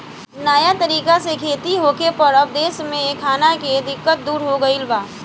नया तरीका से खेती होखे पर अब देश में खाना के दिक्कत दूर हो गईल बा